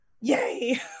Yay